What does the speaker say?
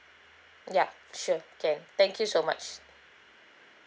ya sure can thank you so much